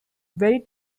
very